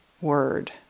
word